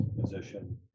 position